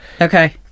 Okay